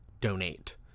donate